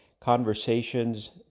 conversations